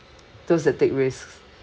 those that take risks